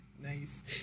nice